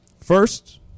First